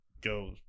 go